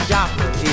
Joplin